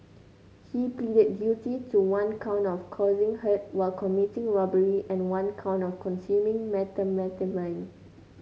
he pleaded guilty to one count of causing hurt while committing robbery and one count of consuming methamphetamine